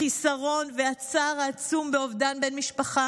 החיסרון והצער העצום באובדן בן משפחה